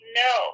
no